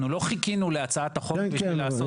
אנחנו לא חיכינו להצעת החוק בשביל לעשות את זה.